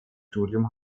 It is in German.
studium